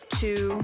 two